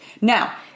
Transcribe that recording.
Now